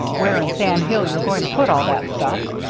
where in sam hill you're going to put all that stuff.